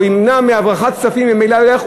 או ימנע הברחת כספים וממילא הוא ילך,